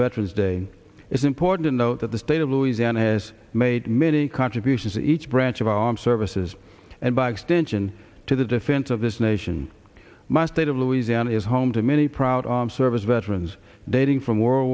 veteran's day it's important though that the state of louisiana has made many contributions each branch of our armed services and by extension to the defense of this nation my state of louisiana is home to many proud service veterans dating from world